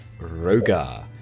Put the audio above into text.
Rogar